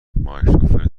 مایکروفر